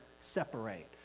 separate